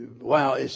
Wow